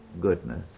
goodness